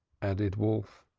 added wolf.